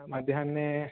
मध्याह्णे